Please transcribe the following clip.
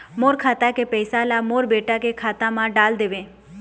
मोर खाता के पैसा ला मोर बेटा के खाता मा डाल देव?